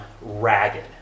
Ragged